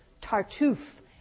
Tartuffe